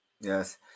Yes